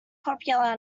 popular